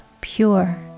pure